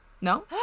no